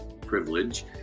privilege